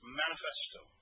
manifesto